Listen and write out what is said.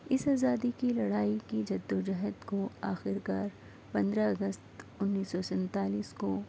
اس آزادی کی لڑائی کی جدوجہد کو آخرکار پندرہ اگست انیس سو سینتالیس کو